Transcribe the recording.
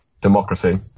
democracy